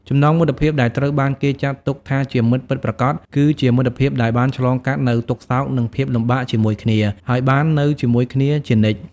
ចំណងមិត្តភាពដែលត្រូវបានគេចាត់ទុកថាជាមិត្តពិតប្រាកដគឺជាមិត្តភាពដែលបានឆ្លងកាត់នូវទុក្ខសោកនិងភាពលំបាកជាមួយគ្នា ហើយបាននៅជាមួយគ្នាជានិច្ច។